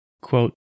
quote